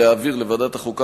להעביר לוועדת החוקה,